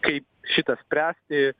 kaip šitą spręsti